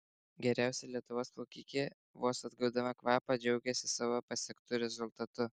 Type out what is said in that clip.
geriausia lietuvos plaukikė vos atgaudama kvapą džiaugėsi savo pasiektu rezultatu